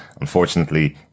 unfortunately